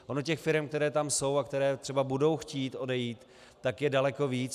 Ono těch firem, které tam jsou a které třeba budou chtít odejít, je daleko víc.